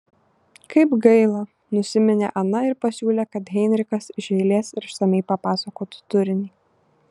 kaip gaila nusiminė ana ir pasiūlė kad heinrichas iš eilės ir išsamiai papasakotų turinį